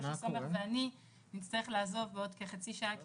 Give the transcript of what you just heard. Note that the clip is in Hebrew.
שושי סומך ואני נצטרך לעזוב בעוד כחצי שעה כי